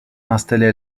installée